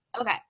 okay